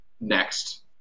next